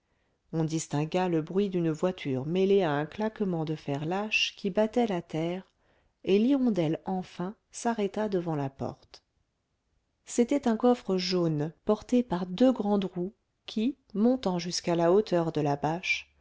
on distingua le bruit d'une voiture mêlé à un claquement de fers lâches qui battaient la terre et l'hirondelle enfin s'arrêta devant la porte c'était un coffre jaune porté par deux grandes roues qui montant jusqu'à la hauteur de la bâche